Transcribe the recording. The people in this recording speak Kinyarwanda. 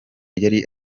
yari